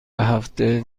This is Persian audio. هفته